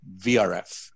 VRF